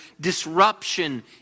disruption